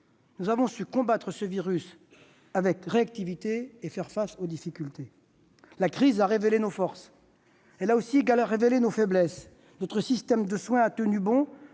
nous avons su combattre ce virus avec réactivité et faire face aux difficultés. La crise a révélé nos forces, mais également nos faiblesses. Notre système de soins a tenu bon,